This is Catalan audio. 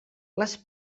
les